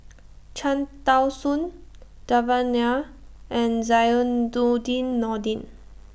Cham Tao Soon Devan Nair and Zainudin Nordin